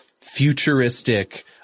futuristic